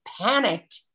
panicked